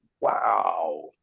wow